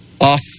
off